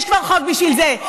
יש כבר חוק בשביל זה.